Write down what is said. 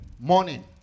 morning